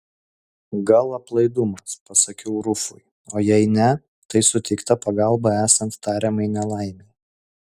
gal aplaidumas pasakiau rufui o jei ne tai suteikta pagalba esant tariamai nelaimei